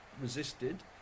resisted